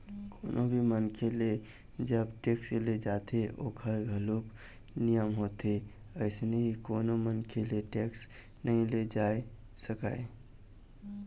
कोनो भी मनखे ले जब टेक्स ले जाथे ओखर घलोक नियम होथे अइसने ही कोनो मनखे ले टेक्स नइ ले जाय जा सकय